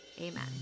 amen